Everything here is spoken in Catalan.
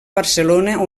barcelona